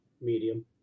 medium